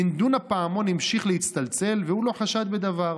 דנדון הפעמון המשיך להצטלצל והוא לא חשד בדבר,